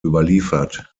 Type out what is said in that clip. überliefert